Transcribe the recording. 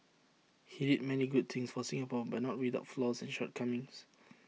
he did many good things for Singapore but not without flaws and shortcomings